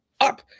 up